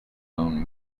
own